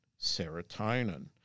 serotonin